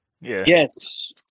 Yes